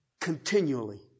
continually